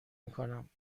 میکنم